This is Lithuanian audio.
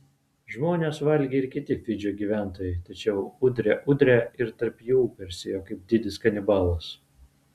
žmones valgė ir kiti fidžio gyventojai tačiau udre udre ir tarp jų garsėjo kaip didis kanibalas